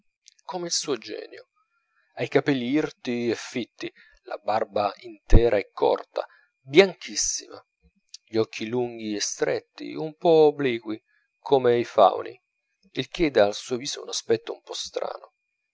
come il suo genio ha i capelli irti e fitti la barba intera e corta bianchissima gli occhi lunghi e stretti un po obliqui come i fauni il che dà al suo viso un aspetto un po strano